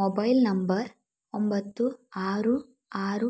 mobile number ಒಂಬತ್ತು ಆರು ಆರು